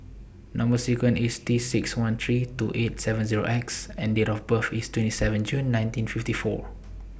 Number sequence IS T six one three two eight seven Zero X and Date of birth IS twenty seven June nineteen fifty four